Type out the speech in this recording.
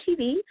TV